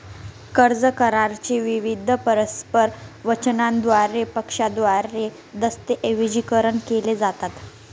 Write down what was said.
कर्ज करारा चे विविध परस्पर वचनांद्वारे पक्षांद्वारे दस्तऐवजीकरण केले जातात